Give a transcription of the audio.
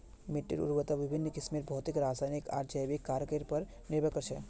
मिट्टीर उर्वरता विभिन्न किस्मेर भौतिक रासायनिक आर जैविक कारकेर पर निर्भर कर छे